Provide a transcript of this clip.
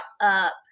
up